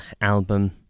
album